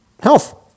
health